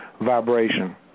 vibration